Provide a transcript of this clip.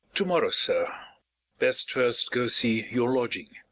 to-morrow, sir best first go see your lodging.